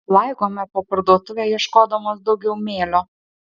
laigome po parduotuvę ieškodamos daugiau mėlio